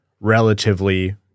relatively